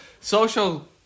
social